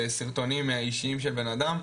סרטונים אישיים של בן אדם,